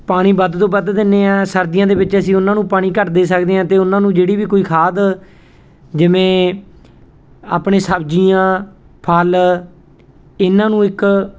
ਪਾਣੀ ਵੱਧ ਤੋਂ ਵੱਧ ਦਿੰਦੇ ਹਾਂ ਸਰਦੀਆਂ ਦੇ ਵਿੱਚ ਅਸੀਂ ਉਹਨਾਂ ਨੂੰ ਪਾਣੀ ਘੱਟ ਦੇ ਸਕਦੇ ਹਾਂ ਅਤੇ ਉਹਨਾਂ ਨੂੰ ਜਿਹੜੀ ਵੀ ਕੋਈ ਖਾਦ ਜਿਵੇਂ ਆਪਣੇ ਸਬਜ਼ੀਆਂ ਫਲ ਇਹਨਾਂ ਨੂੰ ਇੱਕ